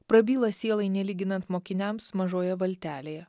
prabyla sielai nelyginant mokiniams mažoje valtelėje